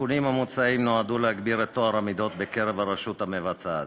התיקונים המוצעים נועדו להגביר את טוהר המידות בקרב הרשות המבצעת.